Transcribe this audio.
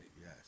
Yes